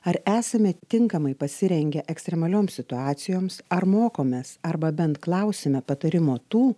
ar esame tinkamai pasirengę ekstremalioms situacijoms ar mokomės arba bent klausiame patarimo tų